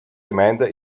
gemeinde